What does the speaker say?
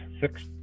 six